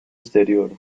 exterior